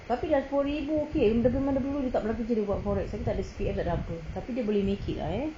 tapi dah sepuluh ribu dia memang dari dulu tak pernah kerja dia buat forex abeh takde C_P_F takde apa tapi dia boleh make it ah eh